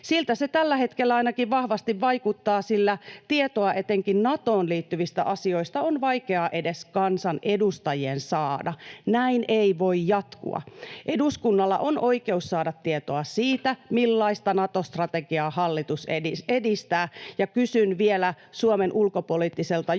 Siltä se tällä hetkellä ainakin vahvasti vaikuttaa, sillä tietoa etenkin Natoon liittyvistä asioista on vaikeaa edes kansanedustajien saada. Näin ei voi jatkua. Eduskunnalla on oikeus saada tietoa siitä, millaista Nato-strategiaa hallitus edistää, ja kysyn vielä Suomen ulkopoliittiselta johdolta,